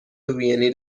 وینی